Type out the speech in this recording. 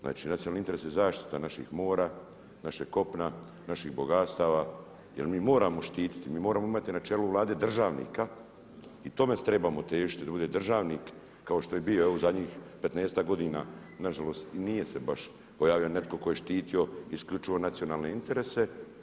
Znači nacionalni interes je zaštita naših mora, našeg kopna, naših bogatstava jer mi moramo štiti, mi moramo imati na čelu Vlade državnika i tome trebamo težiti da bude državnik kao što je bio evo u zadnjih 15-ak godina nažalost i nije se baš pojavio netko tko je štitio isključivo nacionalne interese.